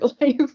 life